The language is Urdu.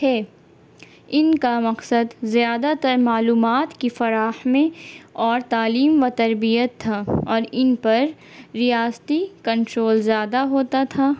ہے ان کا مقصد زیادہ تر معلومات کی فراہمی اور تعلیم و تربیت تھا اور ان پر ریاستی کنٹرول زیادہ ہوتا تھا